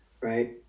right